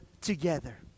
together